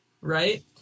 right